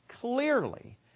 clearly